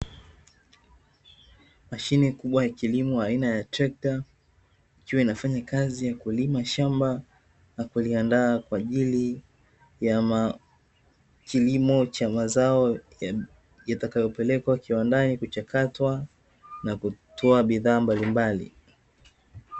Mashine kubwa ya kilimo aina ya trekta ikiwa inafanya kazi ya kulima shamba na kuiandaa, kwaajili ya kilimo cha mazao yatayopelekwa kiwandani kuchakatwa na kutoa bidhaaa mbalimbali.